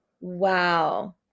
Wow